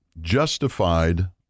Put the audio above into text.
justified